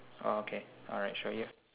oh okay alright sure you